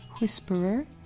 whisperer